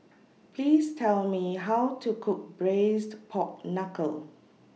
Please Tell Me How to Cook Braised Pork Knuckle